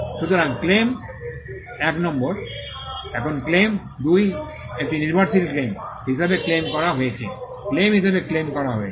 সুতরাং ক্লেম 1 এখন ক্লেম 2 একটি নির্ভরশীল ক্লেম হিসাবে ক্লেম করা হয়েছে ক্লেম হিসাবে ক্লেম করা হয়েছে 1